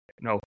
No